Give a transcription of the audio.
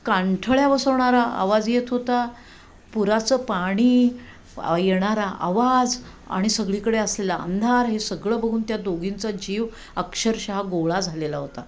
कानठळ्या बसवणारा आवाज येत होता पुराचं पाणी येणारा आवाज आणि सगळीकडे असलेला अंधार हे सगळं बघून त्या दोघींचा जीव अक्षरशः गोळा झालेला होता